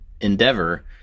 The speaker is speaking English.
endeavor